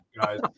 guys